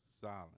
silent